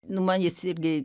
nu man jis irgi